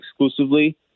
exclusively